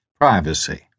privacy